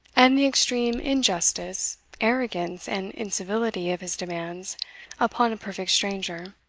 and the extreme injustice, arrogance, and incivility of his demands upon a perfect stranger,